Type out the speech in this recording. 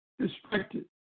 distracted